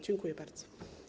Dziękuję bardzo.